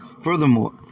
Furthermore